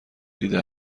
دیده